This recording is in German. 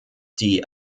die